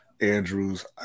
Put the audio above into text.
Andrews